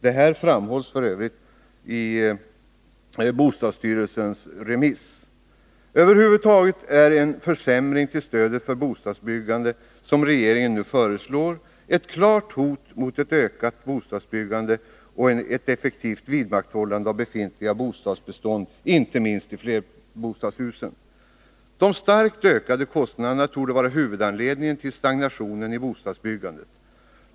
Detta framhålls f. ö. i bostadsstyrelsens remissvar. Över huvud taget är en försämring för stödet till bostadsbyggande, som regeringen nu föreslår, ett klart hot mot ett ökat bostadsbyggande och ett effektivt vidmakthållande av befintligt bostadsbestånd, inte minst i flerbostadshus. De starkt ökade kostnaderna torde vara huvudanledningen till stagnationen i bostadsbyggandet.